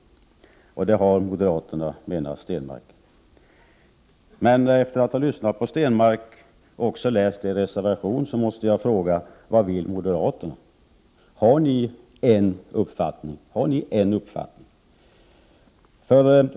Men det har alltså moderaterna, menar Per Stenmarck. Efter att ha lyssnat till Per Stenmarck och också ha läst er reservation måste jag dock fråga er: Vad vill moderaterna? Har ni bara en uppfattning?